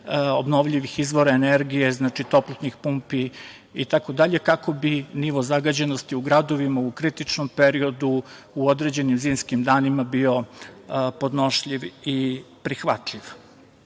obnovljivih izvora energije, znači toplotnih pumpi i tako dalje, kako bi nivo zagađenosti u gradovima u kritičnom periodu, u određenim zimskim danima bio podnošljiv i prihvatljiv. Naravno,